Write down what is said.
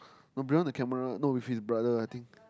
no bring one the camera no with his brother I think